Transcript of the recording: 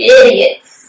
idiots